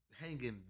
hanging